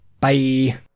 Bye